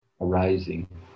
arising